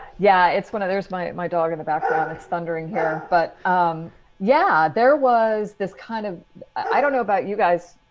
yeah, it's one of there's by my dog in the background. it's thundering here. but um yeah, there was this kind of i don't know about you guys.